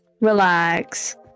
relax